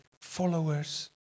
followers